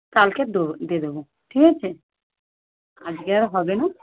কালকের দেবো দিয়ে দেবো ঠিক আচে আজকে আর হবে না